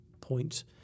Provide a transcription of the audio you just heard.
point